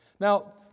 Now